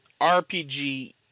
RPG